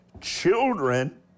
children